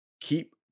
keep